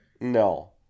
No